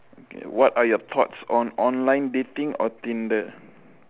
okay what are your thoughts on online dating or tinder